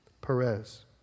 Perez